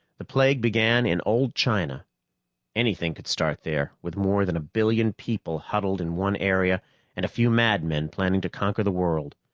the plague began in old china anything could start there, with more than a billion people huddled in one area and a few madmen planning to conquer the world.